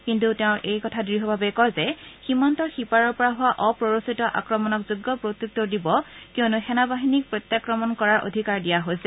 কিন্তু তেওঁ এই কথা দৃঢ়ভাৱে কয় যে সীমান্তৰ সীপাৰৰ পৰা হোৱা অপ্ৰোৰিচিত আক্ৰমণক যোগ্য প্ৰত্যত্তৰ দিব কিয়নো সেনা বাহিনীক প্ৰত্যাক্ৰমণ কৰাৰ অধিকাৰ দিয়া হৈছে